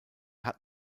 hat